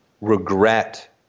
regret